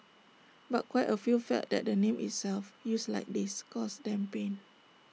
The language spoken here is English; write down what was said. but quite A few felt that the name itself used like this caused them pain